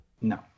No